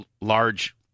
large